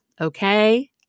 okay